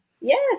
Yes